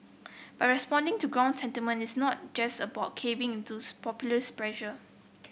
but responding to ground sentiment is not just about caving into populist pressure